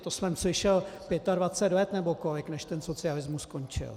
To jsem slyšel pětadvacet let nebo kolik, než ten socialismus skončil.